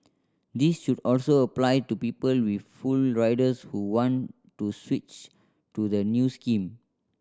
this should also apply to people with full riders who want to switch to the new scheme